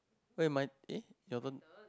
wait my eh your turn